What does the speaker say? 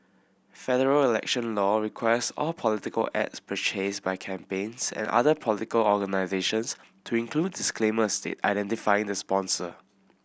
federal election law requires all political ads purchased by campaigns and other political organisations to include disclaimers identifying the sponsor